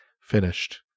finished